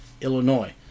Illinois